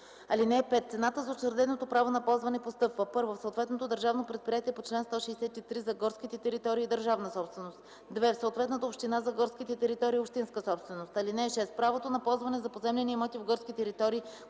горите. (5) Цената за учреденото право на ползване постъпва: 1. в съответното държавно предприятие по чл. 163 – за горските територии – държавна собственост; 2. в съответната община – за горските територии – общинска собственост. (6) Правото на ползване за поземлени имоти в горски територии,